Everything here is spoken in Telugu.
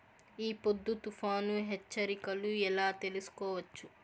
ఈ పొద్దు తుఫాను హెచ్చరికలు ఎలా తెలుసుకోవచ్చు?